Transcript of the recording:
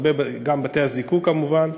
גם בתי-הזיקוק כמובן,